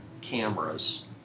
Cameras